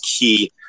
key